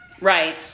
Right